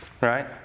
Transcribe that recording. Right